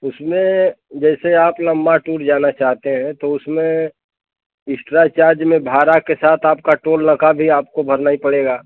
उसमें जैसे आप लंबा टूर जाना चाहते हैं तो उसमें इस्ट्रा चार्ज में भाड़ा के साथ आपका टोल नाका भी आपको भरना ही पड़ेगा